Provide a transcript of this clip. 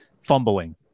fumbling